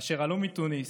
אשר עלו מתוניס,